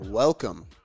Welcome